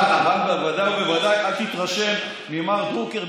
אבל בוודאי ובוודאי אל תתרשם ממר דרוקר,